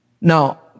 Now